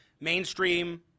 mainstream